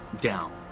down